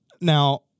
Now